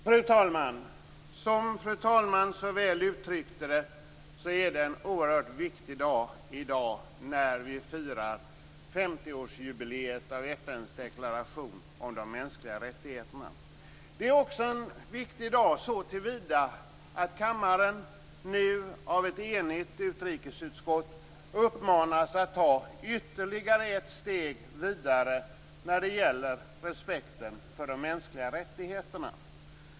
Fru talman! Som fru talmannen så väl uttryckte det, är det en oerhört viktig dag i dag, när vi firar 50 Det är också en viktig dag såtillvida att kammaren nu av ett enigt utrikesutskott uppmanas att ta ytterligare ett steg vidare när det gäller respekten för de mänskliga rättigheterna.